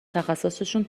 تخصصشون